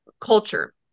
culture